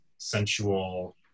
sensual